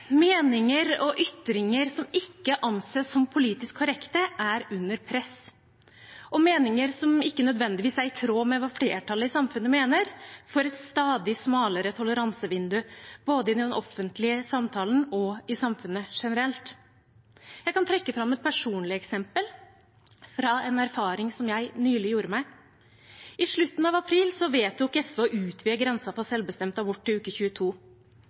Meninger og ytringer som ikke anses som politisk korrekte, er under press. Og meninger som ikke nødvendigvis er i tråd med hva flertallet i samfunnet mener, får et stadig smalere toleransevindu både i den offentlige samtalen og i samfunnet generelt. Jeg kan trekke fram et personlig eksempel fra en erfaring som jeg nylig gjorde meg. I slutten av april vedtok SV å utvide grensen for selvbestemt abort til uke 22.